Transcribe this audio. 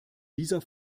dieser